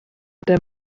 der